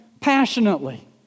passionately